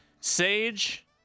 Sage